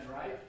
right